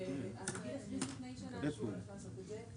הנגיד החליט לפני שנה שהוא הולך לעשות את זה,